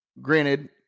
granted